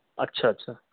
اچھا اچھا